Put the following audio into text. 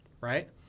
right